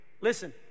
Listen